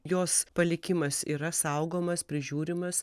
jos palikimas yra saugomas prižiūrimas